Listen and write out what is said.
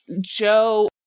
Joe